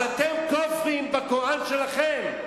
אתם כופרים בקוראן שלכם.